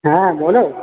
হ্যাঁ বলো